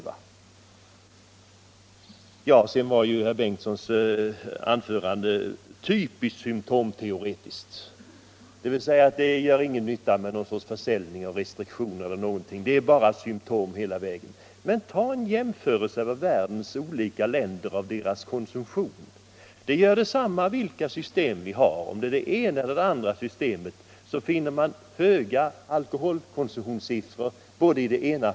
Vidare var herr Bengtssons anförande typiskt symtomteoretiskt, dvs. det gör inte någon nytta att införa någon sorts försäljningsrestriktion eller någonting annat, det är bara symtom hela vägen. Men gör en jämförelse mellan konsumtionen i världens olika länder! Det gör detsamma vilka system vi har, för inom både det ena och det andra systemet finner man höga alkoholkonsumtionssiffror.